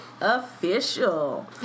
official